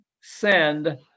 Send